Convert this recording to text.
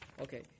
Okay